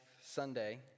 Sunday